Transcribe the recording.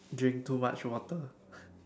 drink too much water